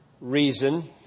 reason